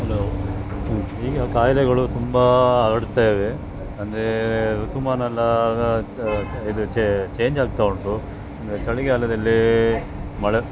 hello ಈಗ ಕಾಯಿಲೆಗಳು ತುಂಬ ಹರಡ್ತಾ ಇವೆ ಅಂದರೆ ಋತುಮಾನ ಎಲ್ಲ ಆಗ ಇದು ಚೇಂಜಾಗ್ತಾ ಉಂಟು ಅಂದರೆ ಚಳಿಗಾಲದಲ್ಲಿ ಮಳೆ